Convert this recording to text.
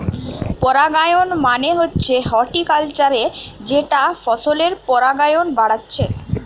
পরাগায়ন মানে হচ্ছে হর্টিকালচারে যেটা ফসলের পরাগায়ন বাড়াচ্ছে